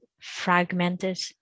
fragmented